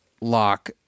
lock